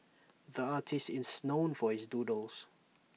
the artist is known for his doodles